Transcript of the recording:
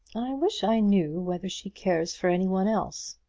i wish i knew whether she cares for any one else.